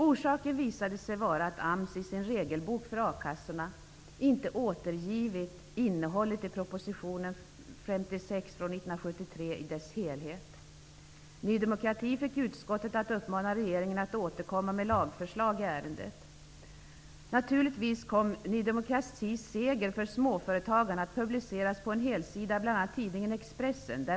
Orsaken visade sig vara att AMS i sin regelbok för akassorna inte återgivit innehållet i proposition 56 från 1973 i dess helhet. Ny demokrati fick utskottet att uppmana regeringen att återkomma med lagförslag i ärendet. Nyheten om den seger Ny demokrati vunnit för småföretagarna kom att publiceras på en helsida i tidningen Expressen.